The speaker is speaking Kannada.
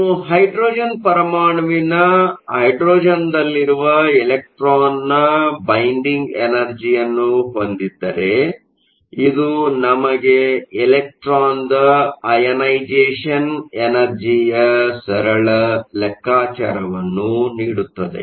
ನೀವು ಹೈಡ್ರೋಜನ್ ಪರಮಾಣುವಿನ ಹೈಡ್ರೋಜನ್ದಲ್ಲಿರುವ ಎಲೆಕ್ಟ್ರಾನ್ನ ಬೈಂಡಿಗ್ ಎನರ್ಜಿಯನ್ನು ಹೊಂದಿದ್ದರೆ ಇದು ನಮಗೆ ಎಲೆಕ್ಟ್ರಾನ್ ಅಯನೈಸೆಷನ್ ಎನರ್ಜಿ ಯ ಸರಳ ಲೆಕ್ಕಾಚಾರವನ್ನು ನೀಡುತ್ತದೆ